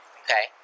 okay